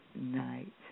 night